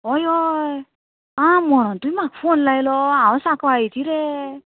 हय हय आं म्हणोन तुवें म्हाका फोन लायलो हांव सांकवाळेची रे